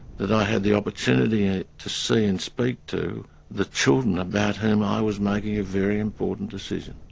that i had the opportunity ah to see and speak to the children about whom i was making a very important decision.